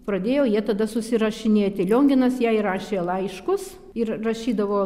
pradėjo jie tada susirašinėti lionginas jai rašė laiškus ir rašydavo